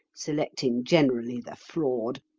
selecting generally the fraud,